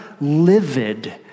livid